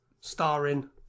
Starring